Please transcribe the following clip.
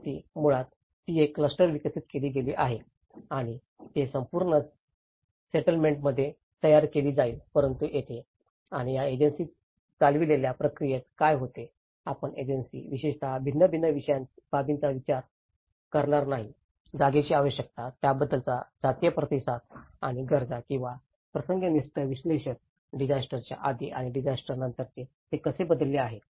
प्रतिकृती मुळात ती एक क्लस्टर विकसित केली गेली आहे आणि ती संपूर्ण सेटलमेंटमध्ये तयार केली जाईल परंतु येथे आणि या एजन्सी चालवलेल्या प्रक्रियेत काय होते आपण एजन्सी विशेषत भिन्न भिन्न बाबींचा विचार करणार नाही जागेची आवश्यकता त्याबद्दलचा जातीय प्रतिसाद आणि गरजा किंवा प्रसंगनिष्ठ विश्लेषण डिजास्टरच्या आधी आणि डिजास्टर नंतर ते कसे बदलले आहे